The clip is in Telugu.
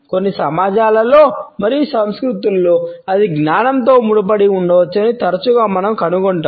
కొన్ని సమాజాలలో మరియు సంస్కృతులలో అది జ్ఞానంతో ముడిపడి ఉండవచ్చని తరచుగా మనం కనుగొంటాము